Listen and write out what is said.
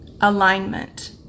alignment